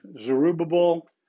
Zerubbabel